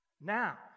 now